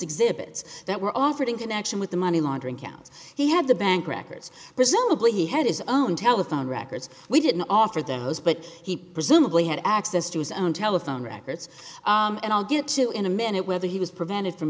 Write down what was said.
exhibits that were offered in connection with the money laundering count he had the bank records presumably he had his own telephone records we didn't offer the host but he presumably had access to his own telephone records and i'll get to in a minute whether he was prevented from